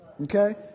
Okay